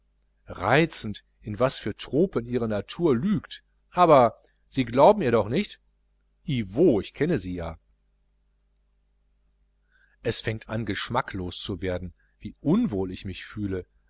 reizend in was für tropen ihre natur lügt aber sie glauben ihr doch nicht ih wo ich kenne sie ja es fängt an geschmacklos zu werden wie unwohl ich mich fühle